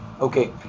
okay